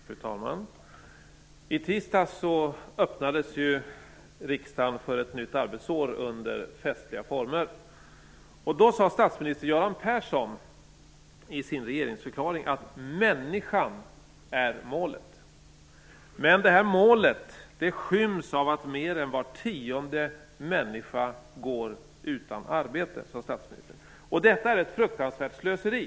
Fru talman! I tisdags öppnades riksdagen för ett nytt arbetsår under festliga former. Då sade statsminister Göran Persson i sin regeringsförklaring att människan är målet, men att detta mål skyms av att mer än var tionde människa går utan arbete. "Det är ett fruktansvärt slöseri.